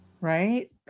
Right